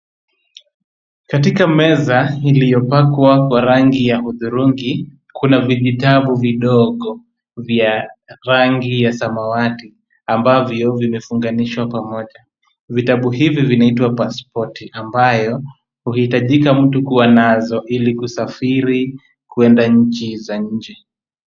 Katika meza iliyopakwa kwa rangi ya hudhurungi kuna vijitabu vidogo vya rangi ya samawati ambavyo vimefunganishwa pamoja. Vitabu hivyo vinaitwa pasipoti ambayo huhitajika mtu kuwa nazo ili kusafiri kuenda nchi za nje.